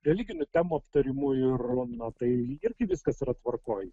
religinių temų aptarimui ir na tai lyg ir viskas yra tvarkoj